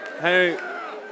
Hey